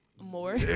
More